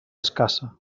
escassa